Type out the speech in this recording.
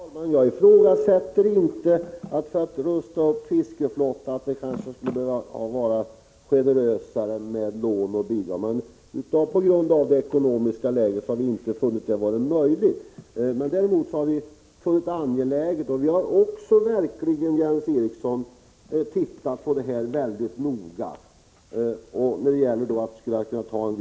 Herr talman! Jag ifrågasätter inte att det för att rusta upp fiskeflottan skulle behövas generösare lån och bidrag. Men på grund av det ekonomiska läget har vi inte funnit det vara möjligt att gå till väga på det sättet. Däremot har vi ansett det angeläget att — och vi har verkligen sett noga på detta, Jens Eriksson — att ta en viss del från skrotningsmedlen.